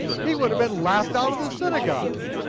he would've been laughed out of the synagogue.